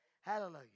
Hallelujah